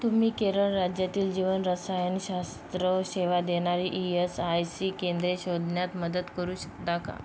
तुम्ही केरळ राज्यातील जीवन रसायनशास्त्र सेवा देणारी ई एस आय सी केंद्रे शोधण्यात मदत करू शकता का